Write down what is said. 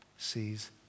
Sees